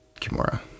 kimura